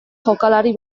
jokalari